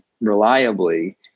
reliably